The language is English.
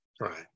Right